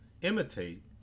imitate